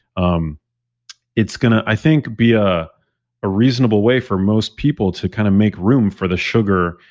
um it's going to i think, be ah a reasonable way for most people to kind of make room for the sugar,